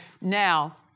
Now